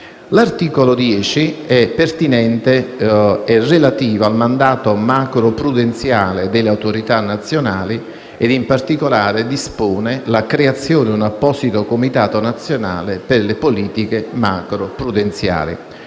L'articolo 10 è relativo al mandato macroprudenziale delle autorità nazionali ed in particolare dispone la creazione di un apposito comitato nazionale per le politiche macroprudenziali